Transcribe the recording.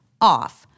off